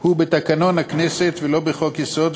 הוא בתקנון הכנסת ולא בחוק-יסוד,